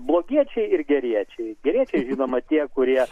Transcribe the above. blogiečiai ir geriečiai geriečiai žinoma tie kurie